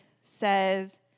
says